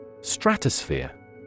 Stratosphere